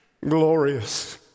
glorious